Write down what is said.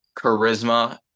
charisma